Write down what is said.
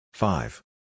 Five